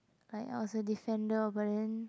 like I was a defender but then